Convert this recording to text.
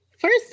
First